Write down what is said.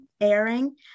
airing